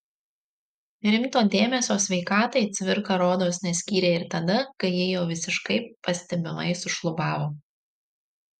rimto dėmesio sveikatai cvirka rodos neskyrė ir tada kai ji jau visiškai pastebimai sušlubavo